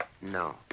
No